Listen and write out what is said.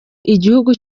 igihugu